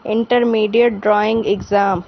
intermediate drawing exam